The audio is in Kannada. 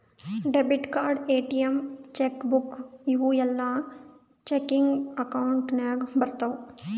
debit card, ATM, cheque book ಇವೂ ಎಲ್ಲಾ ಚೆಕಿಂಗ್ ಅಕೌಂಟ್ ನಾಗ್ ಬರ್ತಾವ್